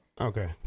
Okay